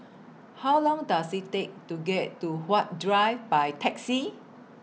How Long Does IT Take to get to Huat Drive By Taxi